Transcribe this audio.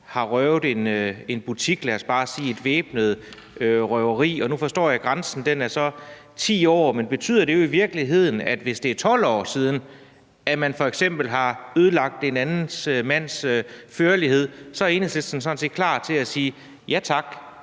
har røvet en butik, lad os bare sige ved et væbnet røveri. Og nu forstår jeg, at grænsen så er 10 år. Men betyder det i virkeligheden, at hvis det er 12 år siden, at man f.eks. har ødelagt en anden mands førlighed, så er Enhedslisten sådan set klar til at sige: Ja tak,